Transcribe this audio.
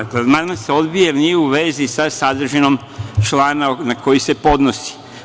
Dakle, amandman se odbija jer nije u vezi sa sadržinom člana na koji se podnosi.